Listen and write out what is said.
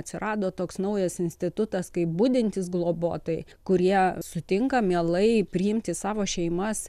atsirado toks naujas institutas kaip budintys globotojai kurie sutinka mielai priimti į savo šeimas